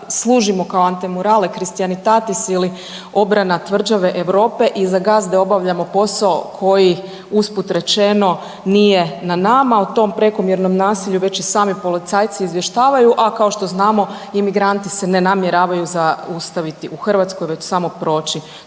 služimo kao Antemurale Christianitatis ili obrana tvrđave Europe i za gazde obavljamo posao koji, usput rečeno, nije na nama, u tom prekomjernom nasilju već i sami policajci izvještavaju, a kao što znamo, imigranti se ne namjeravaju zaustaviti u Hrvatskoj već samo proći